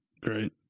Great